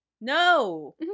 No